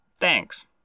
Thanks